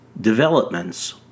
developments